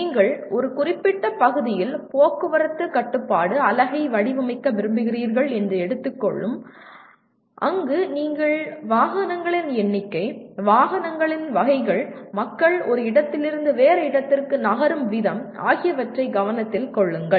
நீங்கள் ஒரு குறிப்பிட்ட பகுதியில் போக்குவரத்து கட்டுப்பாட்டு அலகை வடிவமைக்க விரும்புகிறீர்கள் என்று எடுத்துக்கொள்ளும் அங்கு நீங்கள் வாகனங்களின் எண்ணிக்கை வாகனங்களின் வகைகள் மக்கள் ஒரு இடத்திலிருந்து வேறு இடத்திற்கு நகரும் விதம் ஆகியவற்றை கவனத்தில் கொள்ளுங்கள்